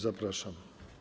Zapraszam.